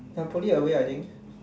napoli away I think